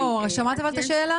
לא, שמעת אבל את השאלה?